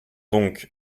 donc